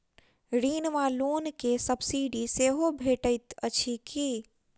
ऋण वा लोन केँ सब्सिडी सेहो भेटइत अछि की?